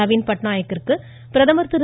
நவீன் பட்நாயக்கிற்கு பிரதமர் திரு